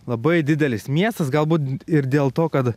labai didelis miestas galbūt ir dėl to kad